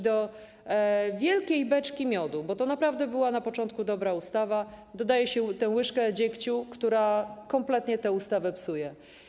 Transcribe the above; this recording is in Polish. Do wielkiej beczki miodu, bo to naprawdę była na początku dobra ustawa, dodaje się tę łyżkę dziegciu, która kompletnie tę ustawę psuje.